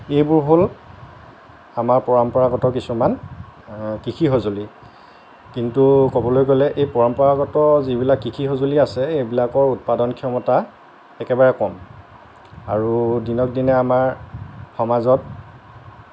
এইবোৰ হ'ল আমাৰ পৰম্পৰাগত কিছুমান কৃষি সঁজুলি কিন্তু ক'বলৈ গ'লে এই পৰম্পৰাগত যিবিলাক কৃষি সঁজুলি আছে এইবিলাকৰ উৎপাদন ক্ষমতা একেবাৰে কম আৰু দিনক দিনে আমাৰ সমাজত